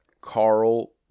Carl